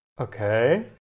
Okay